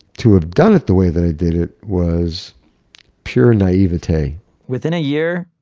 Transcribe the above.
to have done it the way that i did it was pure naivete within a year,